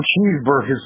cheeseburgers